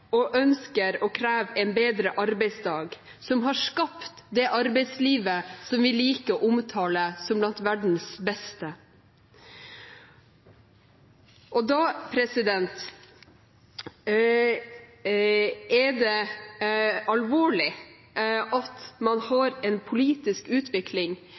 og har ønsket og krevd en bedre arbeidsdag, som har skapt det arbeidslivet som vi liker å omtale som «blant verdens beste». Da er det alvorlig at man har en politisk utvikling